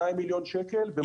200 מיליון שקל במצב בתולי.